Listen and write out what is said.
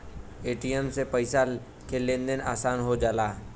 ATM से पइसा के लेन देन आसान हो जाला